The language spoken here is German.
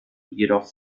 jedoch